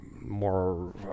more